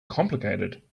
complicated